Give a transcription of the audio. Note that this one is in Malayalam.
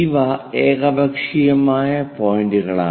ഇവ ഏകപക്ഷീയമായ പോയിന്റുകളാണ്